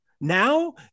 Now